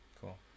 Cool